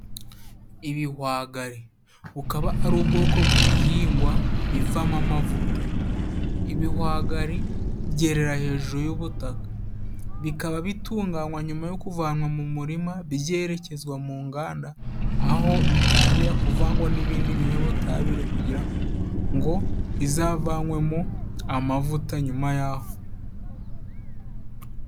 Ibihwagari bukaba ari ubwoko bw'ibihingwa bivamo amavuta, ibihwagari byerera hejuru y'ubutaka bikaba bitunganywa nyuma yo kuvanwa mu murima byerekezwa mu nganda, aho bitangira kuvangwa n'ibindi binyabutabire kugira ngo bizavanwemo amavuta nyuma y'aho.